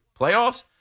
Playoffs